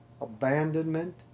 abandonment